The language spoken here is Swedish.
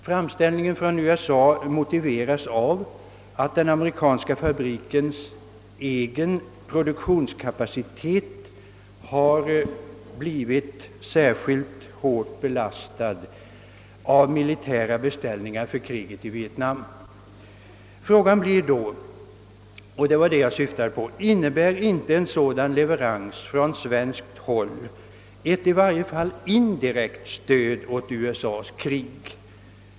Framställningen motiveras av att den amerikanska fabrikens egen produktionskapacitet har blivit särskilt hårt belastad av militära beställningar för kriget i Vietnam. Frågan blir då — och det var det jag syftade på: Innebär inte en sådan leverans från svenskt håll ett i varje fall indirekt stöd åt USA:s krig?